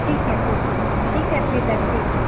ठीक है ठीक है ठीक है फिर रखती हूँ